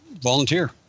Volunteer